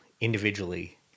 individually